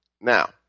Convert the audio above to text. Now